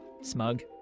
Smug